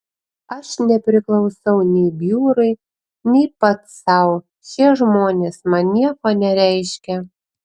aš nepriklausau nei biurui nei pats sau šie žmonės man nieko nereiškia